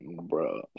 Bro